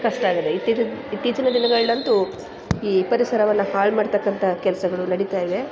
ಕಷ್ಟ ಆಗದೆ ಇತ್ತೀಚಿನ ಇತ್ತೀಚಿನ ದಿನಗಳಂತು ಈ ಪರಿಸರವನ್ನು ಹಾಳ್ಮಾಡ್ತಕ್ಕಂಥ ಕೆಲಸಗಳು ನಡೀತಾ ಇವೆ